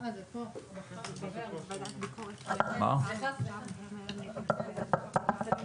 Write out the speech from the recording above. אבל היא בעיקר כוללת את הנושא של